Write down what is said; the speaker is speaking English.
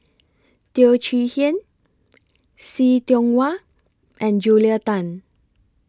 Teo Chee Hean See Tiong Wah and Julia Tan